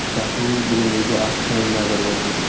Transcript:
اَچھا توٗ بہٕ دِمہِ یہِ کیٛاہ اَکھ سیکنٛڈ نظر گۄڈٕ لِسٹ